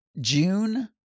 June